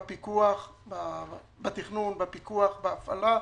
בפיקוח, בתכנון, בהפעלה,